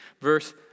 verse